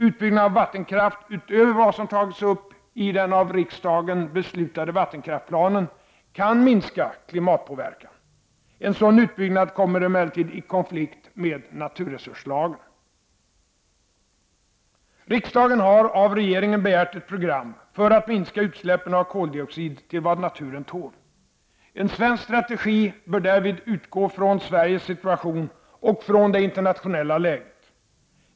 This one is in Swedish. Utbyggnad av vattenkraft utöver vad som har tagits upp i den av riksdagen beslutade vattenkraftplanen kan minska klimatpåverkan. En sådan utbyggnad kommer emellertid i konflikt med naturresurslagen. Riksdagen har av regeringen begärt ett program för att minska utsläppen av koldioxid till vad naturen tål. En svensk strategi bör utgå från Sveriges situation och från det internationella läget.